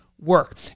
work